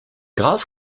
grave